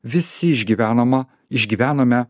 visi išgyvenama išgyvenome